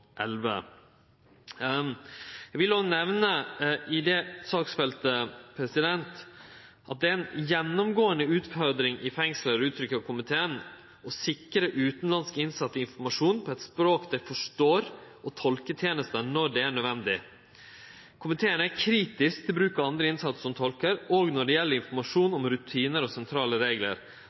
Eg vil òg nemne i samband med det saksfeltet at det er ei gjennomgåande utfordring i fengsel, uttrykkjer komiteen, å sikre utanlandske innsette informasjon på eit språk dei forstår, og tolketenester når det er nødvendig. Komiteen er kritisk til bruk av andre innsette som tolkar, òg når det gjeld informasjon om rutinar og sentrale